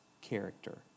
character